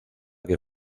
que